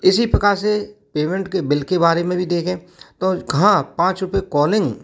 इसी प्रकार से पेमेंट के बिल के बारे में भी देखें तो कहाँ पाँच रूपये कॉलिंग